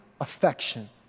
affection